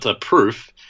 proof